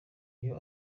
iyo